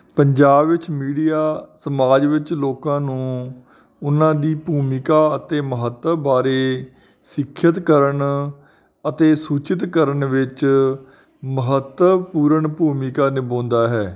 ਪੰਜਾਬ ਵਿੱਚ ਮੀਡੀਆ ਸਮਾਜ ਵਿੱਚ ਲੋਕਾਂ ਨੂੰ ਉਹਨਾਂ ਦੀ ਭੂਮਿਕਾ ਅਤੇ ਮਹੱਤਵ ਬਾਰੇ ਸਿੱਖਿਅਤ ਕਰਨ ਅਤੇ ਸੂਚਿਤ ਕਰਨ ਵਿੱਚ ਮਹੱਤਵਪੂਰਨ ਭੂਮਿਕਾ ਨਿਭਾਉਂਦਾ ਹੈ